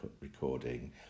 recording